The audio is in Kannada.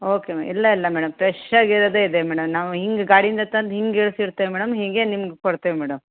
ಓಕೆ ಮ ಇಲ್ಲ ಇಲ್ಲ ಮೇಡಮ್ ಫ್ರೆಷ್ಷಾಗಿ ಇರೋದೇ ಇದೆ ಮೇಡಮ್ ನಾವು ಹಿಂಗೆ ಗಾಡಿಯಿಂದ ತಂದು ಹಿಂಗೆ ಇಳ್ಸಿರ್ತೇವೆ ಮೇಡಮ್ ಹೀಗೇ ನಿಮ್ಗೆ ಕೊಡ್ತೇವೆ ಮೇಡಮ್